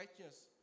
righteous